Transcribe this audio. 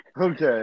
Okay